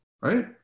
right